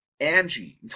Angie